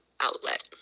outlet